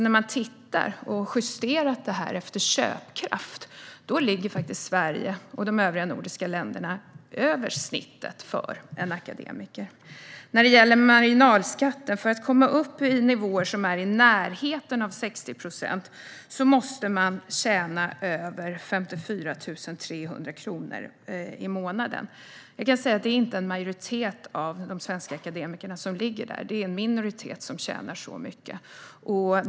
När man justerar detta efter köpkraft ligger faktiskt Sverige och de övriga nordiska länderna över snittet för en akademiker. Sedan gäller det marginalskatten. För att komma upp i nivåer som är i närheten av 60 procent måste man tjäna över 54 300 kronor i månaden. Jag kan säga: Det är inte en majoritet av de svenska akademikerna som ligger där. Det är en minoritet som tjänar så mycket.